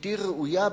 בלתי ראויה,